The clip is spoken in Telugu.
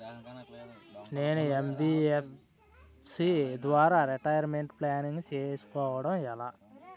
నేను యన్.బి.ఎఫ్.సి ద్వారా రిటైర్మెంట్ ప్లానింగ్ చేసుకోవడం ఎలా?